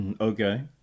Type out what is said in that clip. Okay